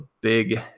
big